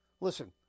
Listen